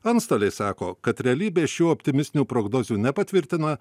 antstoliai sako kad realybė šių optimistinių prognozių nepatvirtina